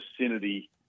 vicinity